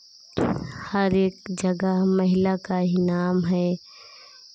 हर एक जगह महिला का ही नाम है